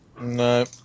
no